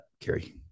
Carrie